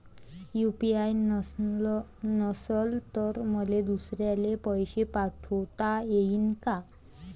UPI नसल तर मले दुसऱ्याले पैसे पाठोता येईन का?